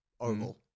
Oval